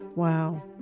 Wow